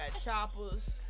choppers